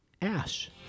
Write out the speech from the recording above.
Ash